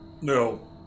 No